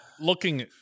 looking